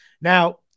Now